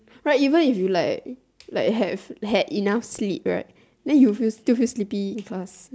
like even if you like like have had enough sleep right than you will still feel sleepy in class